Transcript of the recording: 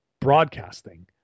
broadcasting